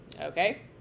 Okay